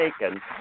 taken